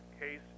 case